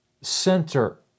center